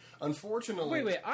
Unfortunately